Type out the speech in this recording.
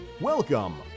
Welcome